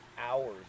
hours